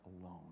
alone